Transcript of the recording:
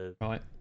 right